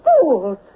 fools